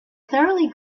thoroughly